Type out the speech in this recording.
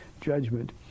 judgment